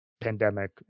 pandemic